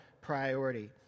priority